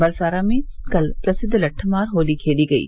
बरसाना में कल प्रसिद्व लट्ठमार होली खेली गयी